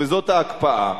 וזאת ההקפאה,